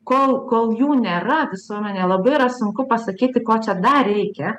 kol kol jų nėra visuomenėje labai yra sunku pasakyti ko čia dar reikia